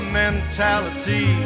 mentality